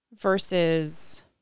versus